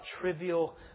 trivial